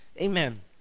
amen